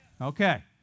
Okay